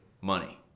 money